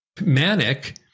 manic